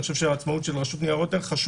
אני חושב שהעצמאות של חוק רשות ניירות ערך חשובה